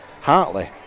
Hartley